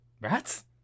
rats